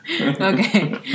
Okay